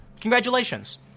Congratulations